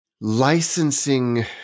licensing